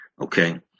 Okay